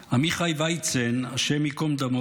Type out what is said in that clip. עמיחי ויצן, השם יקום דמו,